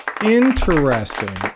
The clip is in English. Interesting